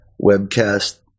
webcast